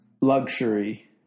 Luxury